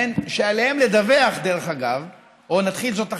שעליהם לדווח, דרך אגב, או נתחיל זאת אחרת: